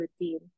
routine